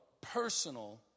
personal